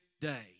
day